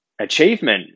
achievement